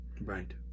right